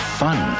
fun